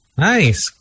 nice